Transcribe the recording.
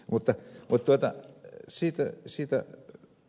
mutta se siitä historiasta